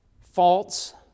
faults